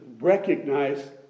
recognize